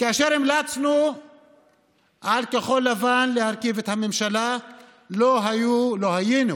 כאשר המלצנו על כחול לבן להרכיב את הממשלה לא היינו